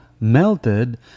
melted